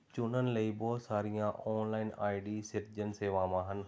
ਚੁਣਨ ਲਈ ਬਹੁਤ ਸਾਰੀਆਂ ਔਨਲਾਈਨ ਆਈਡੀ ਸਿਰਜਣ ਸੇਵਾਵਾਂ ਹਨ